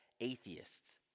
atheists